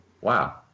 Wow